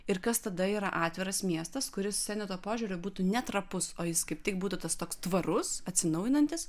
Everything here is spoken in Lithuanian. ir kas tada yra atviras miestas kuris seneto tuo požiūriu būtų ne trapus o jis kaip tik būtų tas toks tvarus atsinaujinantis